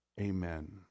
Amen